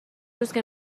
روزکه